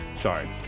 Sorry